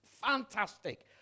Fantastic